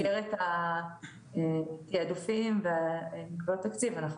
במסגרת התעדופים ומגבלות התקציב אנחנו